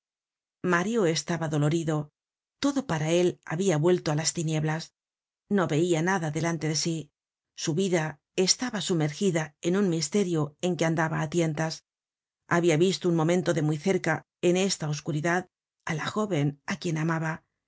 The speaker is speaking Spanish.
mario estaba dolorido todo para él habia vuelto á las tinieblas no veía nada delante de sí su vida estaba sumergida en un misterio en que andaba á tientas habia visto un momento de muy cerca en esta oscuridad á la jóven á quien amaba